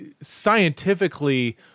scientifically